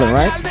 right